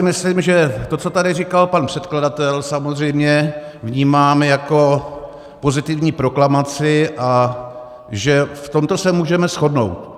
Myslím si, že to, co tady říkal pan předkladatel, samozřejmě vnímám jako pozitivní proklamaci a že v tomto se můžeme shodnout.